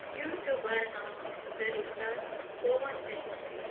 युटुबार हांव सरितास Goan recipe